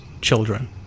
children